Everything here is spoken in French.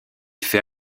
fait